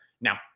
Now